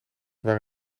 waar